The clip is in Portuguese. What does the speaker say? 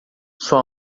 sua